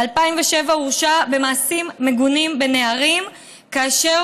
ב-2007 הוא הורשע במעשים מגונים בנערים כאשר